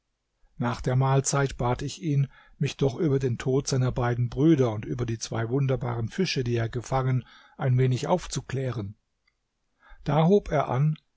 nach der mahlzeit bat ich ihn mich doch über den tod seiner beiden brüder und über die zwei wunderbaren fische die er gefangen ein wenig aufzuklären da hob er an